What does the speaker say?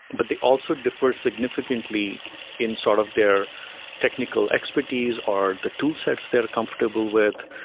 but they also differ significantly in sort of their technical expertise or the toolsets they're comfortable with.